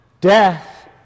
Death